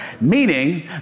Meaning